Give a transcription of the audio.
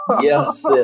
yes